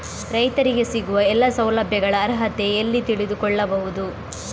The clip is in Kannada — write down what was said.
ರೈತರಿಗೆ ಸಿಗುವ ಎಲ್ಲಾ ಸೌಲಭ್ಯಗಳ ಅರ್ಹತೆ ಎಲ್ಲಿ ತಿಳಿದುಕೊಳ್ಳಬಹುದು?